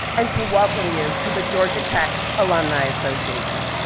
and to welcome you to the georgia tech alumni association.